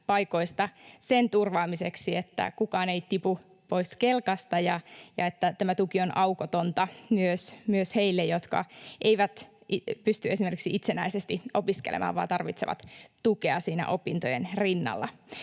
paikoista sen turvaamiseksi, että kukaan ei tipu pois kelkasta ja että tämä tuki on aukotonta myös heille, jotka eivät pysty esimerkiksi itsenäisesti opiskelemaan vaan tarvitsevat tukea siinä opintojen rinnalla.